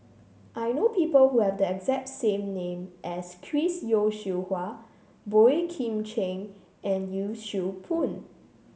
I know people who have the exact same name as Chris Yeo Siew Hua Boey Kim Cheng and Yee Siew Pun